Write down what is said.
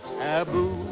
Abu